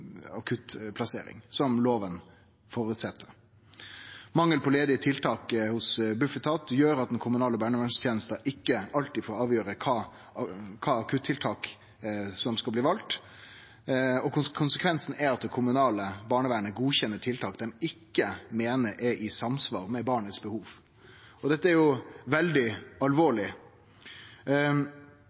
akuttplassering, som loven føreset. Mangel på ledige tiltak hos Bufetat gjer at den kommunale barnevernstenesta ikkje alltid får avgjere kva for akuttiltak som skal bli valde, og konsekvensen er at det kommunale barnevernet godkjenner tiltak dei ikkje meiner er i samsvar med behovet til barnet. Det er veldig alvorleg.